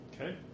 Okay